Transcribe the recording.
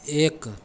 एक